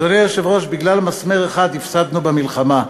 אדוני היושב-ראש, בגלל מסמר אחד הפסדנו במלחמה.